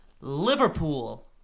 Liverpool